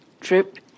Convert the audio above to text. trip